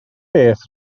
beth